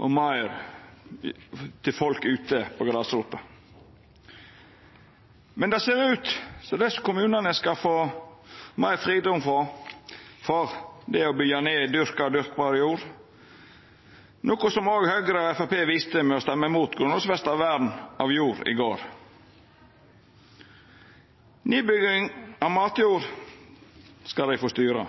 og meir til folk på grasrota. Men det ser ut som at det kommunane skal få meir fridom til, er å byggja ned dyrka og dyrkbar jord, noko som òg Høgre og Framstegspartiet viste ved å stemma imot grunnlovfesta vern av jord i går. Nedbygging av matjord skal kommunane få styra,